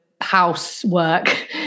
Housework